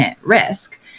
risk